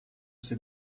ses